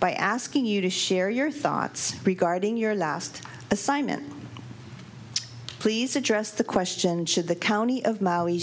by asking you to share your thoughts regarding your last assignment please address the question should the county of